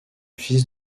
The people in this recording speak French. fils